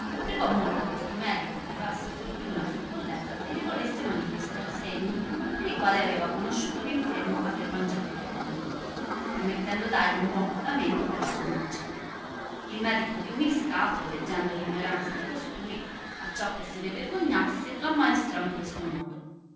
pregò molto questo medico di bassa fortuna suo collega che gli volesse manifestar e segni per i quali aveva conosciuto l infermo aver mangiato de pomi promettendo dargli un buon pagamento per la sua mercede il medico di umile stato veggendo l ignoranza di costui acciò che se ne vergognasse l'ammaestrò in questo modo